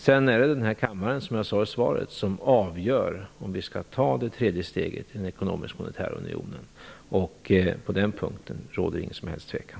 Som jag sade i svaret är det kammaren som avgör om vi skall ta det tredje steget i den ekonomisktmonetära unionen. Det råder inget tvivel på den punkten.